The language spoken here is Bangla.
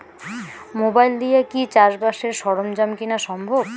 মোবাইল দিয়া কি চাষবাসের সরঞ্জাম কিনা সম্ভব?